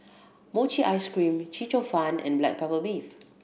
mochi ice cream Chee Cheong Fun and black pepper beef